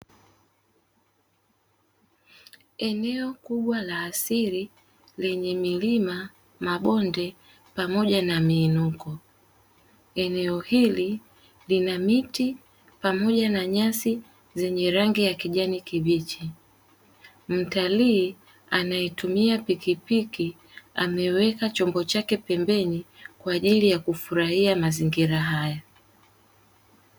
Eneo kubwa la asili lenye milima, mabonde pamoja na miinuko. Eneo hili lina miti pamoja na nyasi zenye rangi ya kijani kibichi, mtalii anayetumia pikipiki ameweka chomba chake pembeni kwa ajili ya kufurahia mazingira haya.